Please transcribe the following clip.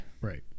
right